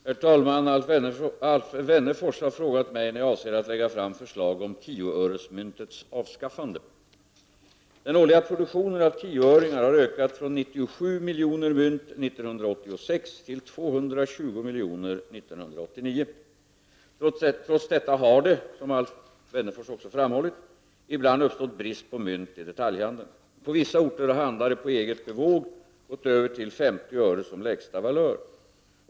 Herr talman! Alf Wennerfors har frågat mig när jag avser att lägga fram förslag om tioöresmyntets avskaffande. Den årliga produktionen av tioöringar har ökat från 97 miljoner mynt 1986 till 220 miljoner 1989. Trots detta har det — som också Alf Wennerfors framhållit — ibland uppstått brist på mynt i detaljhandeln. På vissa orter har handlare på eget bevåg gått över till 50 öre som lägsta valör.